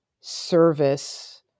service